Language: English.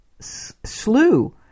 slew